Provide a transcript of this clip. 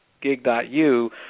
Gig.U